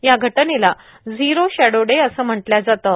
या घटनेला zero shadow day असं म्हटल्या जातं